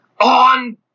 On